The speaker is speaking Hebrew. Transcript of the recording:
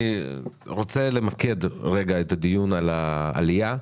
אני רוצה למקד רגע את הדיון על העלייה.